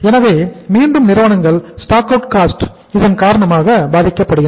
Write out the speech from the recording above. எனவே மீண்டும் நிறுவனங்கள் ஸ்டாக் அவுட் காஸ்ட் இதன் காரணமாக பாதிக்கப்படுகின்றனர்